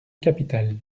capitale